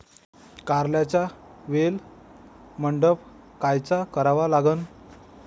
कारल्याचा वेल मंडप कायचा करावा लागन?